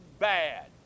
bad